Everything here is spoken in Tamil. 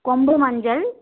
கொம்பு மஞ்சள்